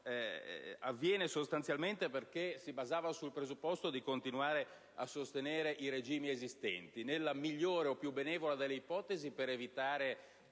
avviene sostanzialmente perché essi si basavano sul presupposto di continuare a sostenere i regimi esistenti: nella migliore o più benevola delle ipotesi, per evitare